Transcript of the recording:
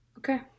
Okay